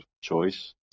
choice